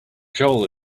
joel